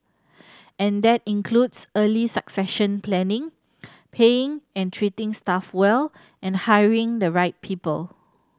and that includes early succession planning paying and treating staff well and hiring the right people